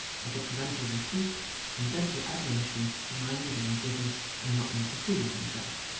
as a parental reproof and gentle admonition to mind his own business and not make a fool of himself.